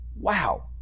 wow